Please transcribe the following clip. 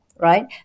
right